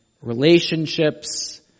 relationships